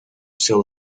sell